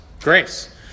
grace